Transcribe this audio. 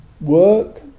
work